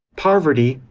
poverty,